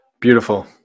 beautiful